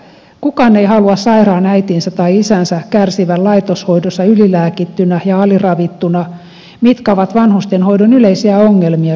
kukaan ei halua sairaan äitinsä tai isänsä kärsivän laitoshoidossa ylilääkittynä ja aliravittuna mitkä ovat vanhustenhoidon yleisiä ongelmia suomessa